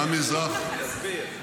תסביר.